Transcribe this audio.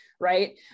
right